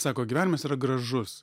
sako gyvenimas yra gražus